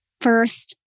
first